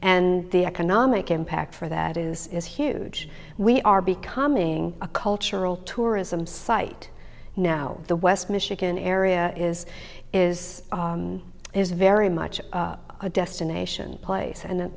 and the economic impact for that is huge we are becoming a cultural tourism site now the west michigan area is is is very much a destination place and